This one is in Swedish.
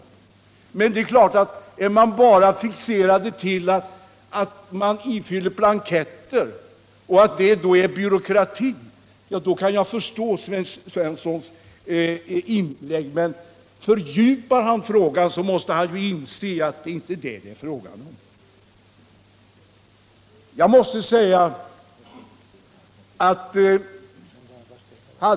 Om Sten Svensson är fixerad till att det bara är fråga om att fylla i blanketter och att detta är byråkrati, kan jag förstå av hans inlägg. Men om han fördjupar sig i frågan måste han inse att det inte är detta det är fråga om.